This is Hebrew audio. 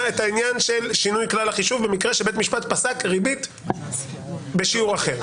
העניין של שינוי כלל החישוב במקרה שבית משפט פסק ריבית בשיעור אחר.